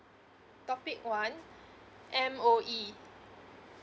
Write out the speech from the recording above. topic one M_O_E